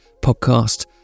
podcast